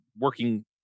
working